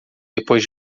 depois